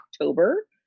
October